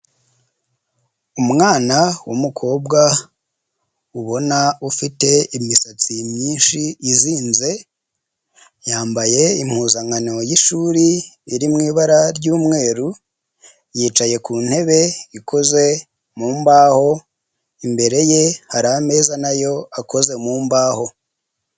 Umwana w'umukobwa ubona ufite imisatsi myinshi izinze, yambaye impuzankano y'ishuri iri mu ibara ry'umweru, yicaye ku ntebe ikoze mu mbaho, imbere ye hari ameza na yo akoze mu mbaho.